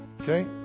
Okay